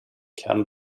can